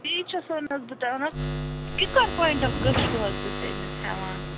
یی چھَسو نا بہٕ تۅہہِ وَنان کِکر کۅںٛٹل کٔژ چھُو حظ تُہۍ تٔمِس ہٮ۪وان